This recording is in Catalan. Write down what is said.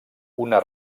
una